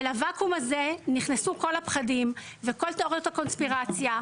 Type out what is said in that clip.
ולוואקום הזה נכנסו כל הפחדים וכל תיאוריות הקונספירציה,